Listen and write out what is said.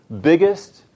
biggest